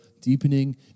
deepening